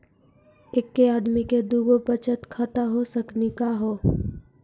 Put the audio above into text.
एके आदमी के दू गो बचत खाता हो सकनी का हो?